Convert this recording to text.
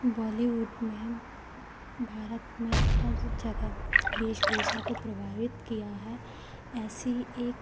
बॉलीवुड ने भारत में हर जगह वेशभूषा को प्रभावित किया है ऐसी एक